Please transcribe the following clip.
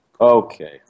Okay